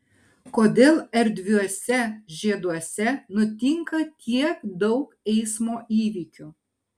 kodėl erdviuose žieduose nutinka tiek daug eismo įvykių